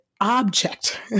object